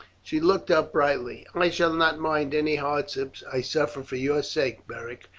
she looked up brightly. i shall not mind any hardships i suffer for your sake, beric.